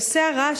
נושא הרעש,